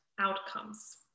outcomes